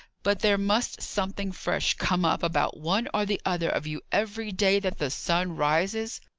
but there must something fresh come up about one or the other of you every day that the sun rises?